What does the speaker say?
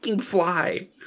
fly